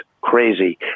crazy